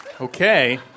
Okay